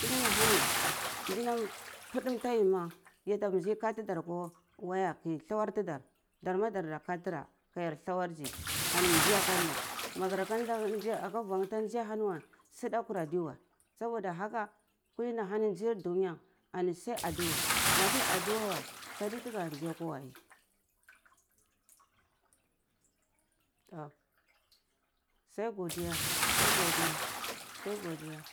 Kulini ahani danam pudum tayima yata mbuzi ka kati tadar akwa waya ki lawar tadar darma dada katara kayar lawarzi ani ndzai akande magara ka ndai aka vua ta nzai ah hani weh sudakur adewe saboda haka kuli ni ahani ndzar dunya ani sai adua madi adua weh sadi taga nzai akwa weh ai sai godiya sai goidya sai godia